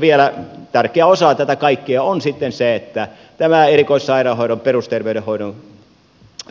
vielä tärkeä osa tätä kaikkea on sitten se että tämä erikoissairaanhoidon ja perusterveydenhoidon